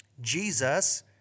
Jesus